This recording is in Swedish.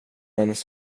ens